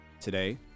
Today